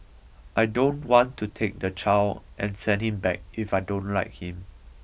I don't want to take the child and send him back if I don't like him